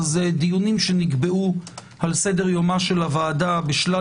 דיונים שנקבעו על סדר-יומה של הוועדה בשלל